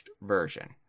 version